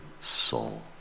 soul